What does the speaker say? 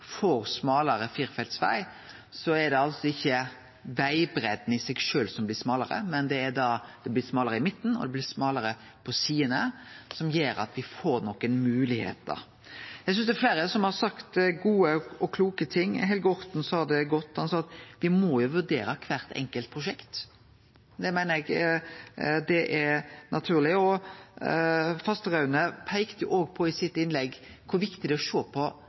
får smalare firefeltsveg, er det ikkje vegbreidda i seg sjølv som blir smalare. Det blir smalare i midten og på sidene, noko som gjer at me får nokre moglegheiter. Det er fleire som har sagt gode og kloke ting. Helge Orten sa det godt, han sa at me må vurdere kvart enkelt prosjekt. Det meiner eg er naturleg. Bengt Fasteraune peikte i sitt innlegg på kor viktig det er å sjå på